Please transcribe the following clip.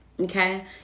Okay